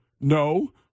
No